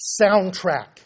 soundtrack